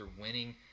winning